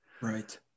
right